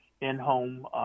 in-home